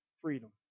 freedom